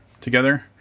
together